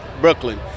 Brooklyn